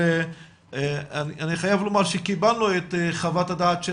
אבל אני חייב לומר שקיבלנו את חוות הדעת של